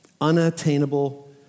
unattainable